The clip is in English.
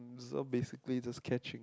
so basically just catching